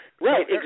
Right